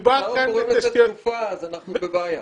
אם כך, אנחנו בבעיה.